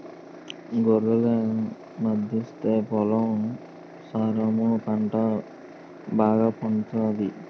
గొర్రెల మందాస్తే పొలం సారమై పంట బాగాపండుతాది